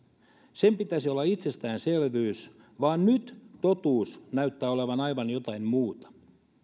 sen pitäisi olla itsestäänselvyys vaan nyt totuus näyttää olevan aivan jotain muuta